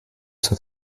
zur